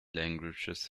languages